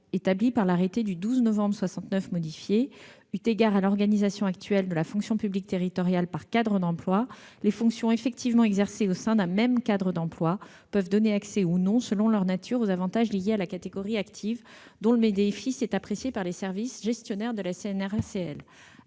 établi par l'arrêté du 12 novembre 1969 modifié. Eu égard à l'organisation actuelle de la fonction publique territoriale par cadres d'emplois, les fonctions effectivement exercées au sein d'un même cadre d'emplois peuvent donner accès ou non, selon leur nature, aux avantages liés à la catégorie active, dont le bénéfice est apprécié par les services gestionnaires de la CNRACL.